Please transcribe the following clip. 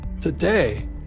Today